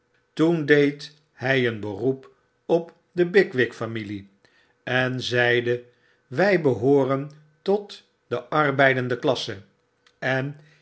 toen deed hy een beroep op de bigwigfamilie en zeide wy behooren tot dearbeidende klasse en